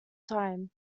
time